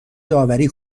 داوری